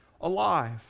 alive